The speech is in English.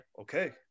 Okay